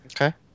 Okay